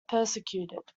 persecuted